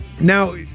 Now